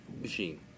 machine